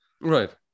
Right